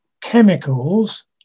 chemicals